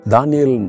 Daniel